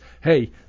Hey